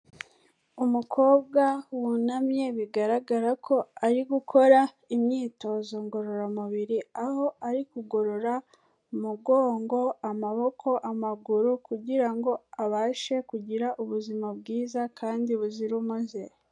Umukobwa wunamye bigaragara ko ari gukora imyitozo ngororamubiri, aho ari kugorora umugongo, amaboko, amaguru kugira ngo abashe kugira ubuzima bwiza kandi buzira umuze.